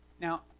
Now